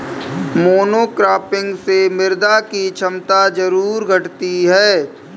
monocropping से मृदा की क्षमता जरूर घटती है